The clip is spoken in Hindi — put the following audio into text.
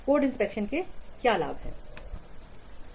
कोड इंस्पेक्शन के क्या लाभ हैं